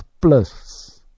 Plus